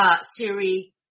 Siri